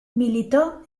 militó